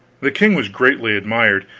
the king was greatly admired,